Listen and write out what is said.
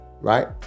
right